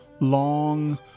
Long